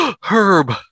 Herb